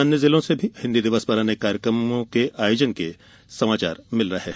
अन्य जिलों से भी हिन्दी दिवस पर अनेक कार्यक्रमों का आयोजन किये जाने के समाचार मिले हैं